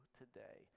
today